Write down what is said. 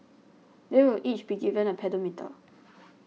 they will each be given a pedometer